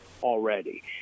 already